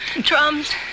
Drums